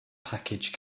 package